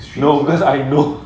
no because I know